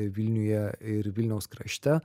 vilniuje ir vilniaus krašte